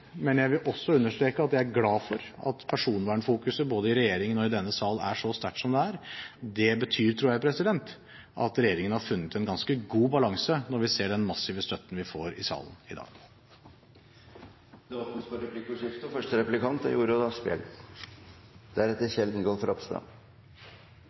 men jeg vil også understreke at jeg er glad for at personvernfokuset både i regjeringen og i denne sal er så sterkt som det er. Det betyr at regjeringen har funnet en ganske god balanse, når vi ser den massive støtten vi får i salen i dag. Det blir replikkordskifte. Jeg vil i likhet med flere i salen takke saksordføreren for et godt samarbeid, også med komiteens medlemmer og